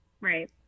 right